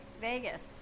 Vegas